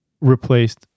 Replaced